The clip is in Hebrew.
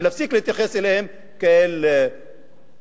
ולהפסיק להתייחס אליהם כאל אויבים,